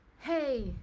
Hey